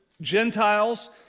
Gentiles